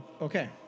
Okay